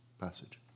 passage